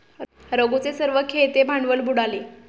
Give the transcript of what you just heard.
रघूचे सर्व खेळते भांडवल बुडाले